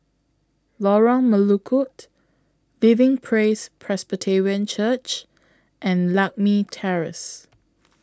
Lorong Melukut Living Praise Presbyterian Church and Lakme Terrace